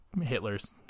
Hitler's